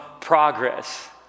progress